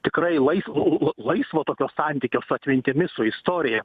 tikrai laisvo laisvo tokio santykio su atmintimi su istorija